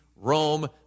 Rome